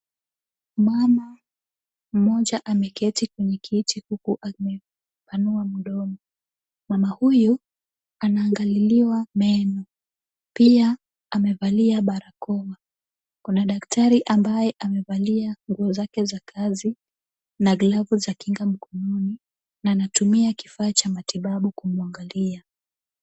Mama mmoja ameketi kwenye kiti huku amepanua mdomo. Mama huyu anaangaliliwa meno. Pia amevalia barakoa. Kuna daktari ambaye amevalia nguo zake za kazi na glavu za kinga mkononi na anatumia kifaa cha matibabu kumwangalia.